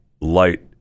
light